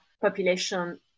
population